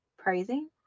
praising